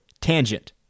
tangent